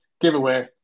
giveaway